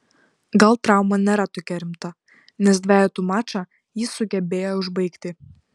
gal trauma nėra tokia rimta nes dvejetų mačą jis sugebėjo užbaigti